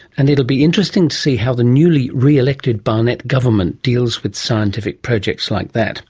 and it will be interesting to see how the newly re-elected barnett government deals with scientific projects like that